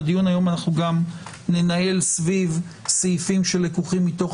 את הדיון היום אנחנו גם ננהל סביב סעיפים שלקוחים מתוך